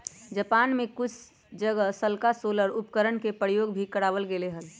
Japan में कुछ जगह हल्का सोलर उपकरणवन के प्रयोग भी करावल गेले हल